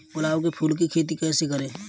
गुलाब के फूल की खेती कैसे करें?